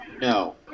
No